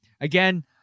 again